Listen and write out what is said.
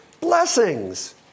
blessings